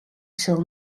sil